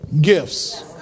gifts